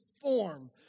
form